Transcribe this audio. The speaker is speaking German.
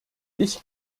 ich